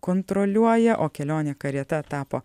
kontroliuoja o kelionė karieta tapo